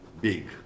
big